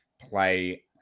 play